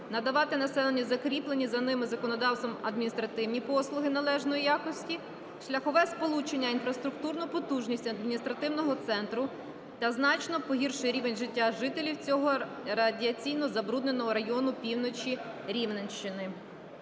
надавати населенню закріплені за ними законодавством адміністративні послуги належної якості, шляхове сполучення, інфраструктурну потужність адміністративного центру та значно погіршує рівень життя жителів цього радіаційно забрудненого району півночі Рівненщини.